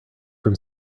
from